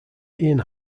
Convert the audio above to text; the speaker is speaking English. ian